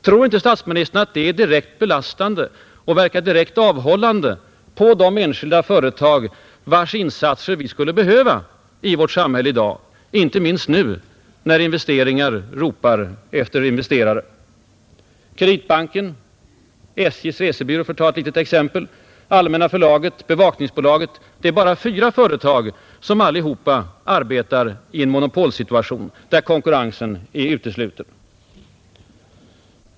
Tror inte statsministern att det är direkt belastande och verkar avhållande på de enskilda företag vilkas insatser vi skulle behöva i vårt samhälle i dag, inte minst nu när investeringar ropar efter investerare? Kreditbanken, SJ:s resebyrå, för att ta några små exempel, Allmänna förlaget, Bevakningsbolaget — det är bara fyra företag, som alla arbetar i en monopolsituation, där konkurrens är utesluten.